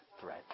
threat